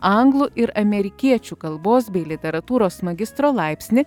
anglų ir amerikiečių kalbos bei literatūros magistro laipsnį